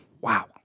wow